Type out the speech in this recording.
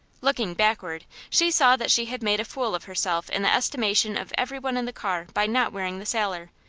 looking backward, she saw that she had made a fool of herself in the estimation of everyone in the car by not wearing the sailor,